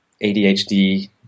ADHD